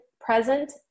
present